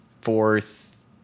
fourth